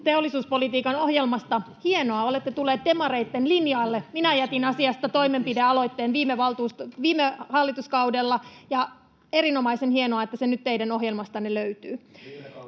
teollisuuspolitiikan ohjelmasta: hienoa, olette tulleet demareitten linjalle. Minä jätin asiasta toimenpidealoitteen viime hallituskaudella, ja on erinomaisen hienoa, että se nyt teidän ohjelmastanne löytyy.